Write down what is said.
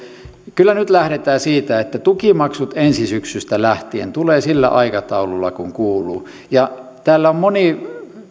kyllä nyt lähdetään siitä että tukimaksut ensi syksystä lähtien tulevat sillä aikataululla kuin kuuluu täällä on moni